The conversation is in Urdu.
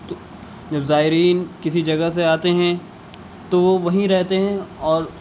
تو جب زائرین کسی جگہ سے آتے ہیں تو وہ وہیں رہتے ہیں اور